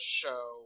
show